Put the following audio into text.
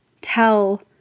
tell